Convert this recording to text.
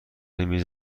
میز